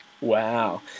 Wow